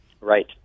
Right